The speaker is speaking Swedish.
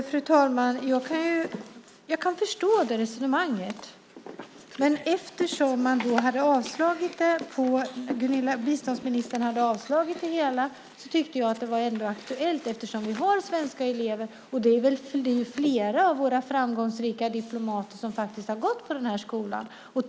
Fru talman! Jag kan förstå det resonemanget. Men fastän biståndsministern hade avslagit det hela tyckte jag ändå att det var aktuellt eftersom vi har svenska elever där. Det är flera av våra framgångsrika diplomater som faktiskt har gått på den här skolan.